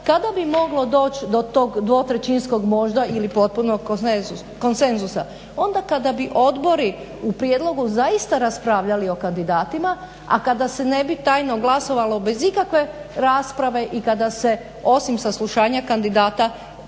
kada bi moglo doći do tog dvotrećinskog ili možda potpunog konsenzusa. Onda kada bi odbori u prijedlogu zaista raspravljali o kandidatima a kada se ne bi tajno glasovalo bez ikakve rasprave i kada se osim saslušanja kandidata